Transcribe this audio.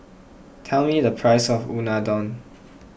tell me the price of Unadon